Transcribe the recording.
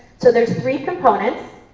so there are three components.